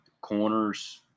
Corners